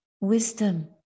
wisdom